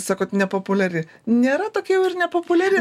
sakot nepopuliari nėra tokia jau ir nepopuliari